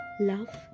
Love